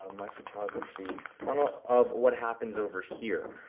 my photography funnel, of what happens over here.